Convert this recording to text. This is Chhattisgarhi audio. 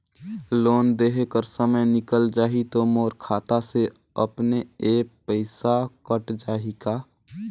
लोन देहे कर समय निकल जाही तो मोर खाता से अपने एप्प पइसा कट जाही का?